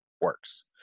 works